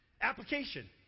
application